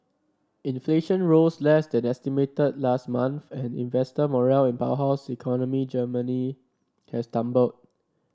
inflation rose less than estimated last month and investor morale in powerhouse economy Germany has tumbled